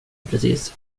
precis